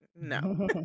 No